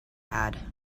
had